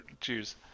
Cheers